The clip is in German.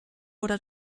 oder